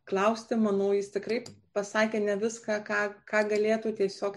klausti manau jis tikrai pasakė ne viską ką ką galėtų tiesiog